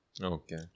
Okay